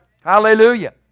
Hallelujah